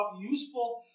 useful